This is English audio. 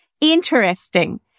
Interesting